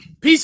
peace